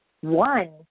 One